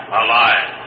alive